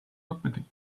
submitting